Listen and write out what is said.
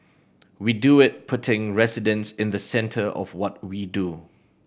we do it putting residents in the centre of what we do